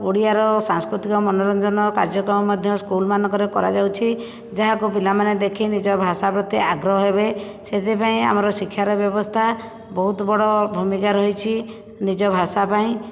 ଓଡ଼ିଆର ସାଂସ୍କୃତିକ ମନୋରଞ୍ଜନ କାର୍ଯ୍ୟକ୍ରମ ମଧ୍ୟ ସ୍କୁଲମାନଙ୍କରେ କରାଯାଉଛି ଯାହାକୁ ପିଲାମାନେ ଦେଖି ନିଜ ଭାଷା ପ୍ରତି ଆଗ୍ରହ ହେବେ ସେଥିପାଇଁ ଆମର ଶିକ୍ଷାର ବ୍ୟବସ୍ଥା ବହୁତ ବଡ଼ ଭୂମିକା ରହିଛି ନିଜ ଭାଷା ପାଇଁ